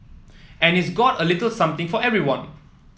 and it's got a little something for everyone